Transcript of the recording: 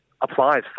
applies